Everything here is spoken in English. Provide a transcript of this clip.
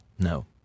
No